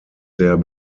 der